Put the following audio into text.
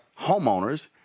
homeowners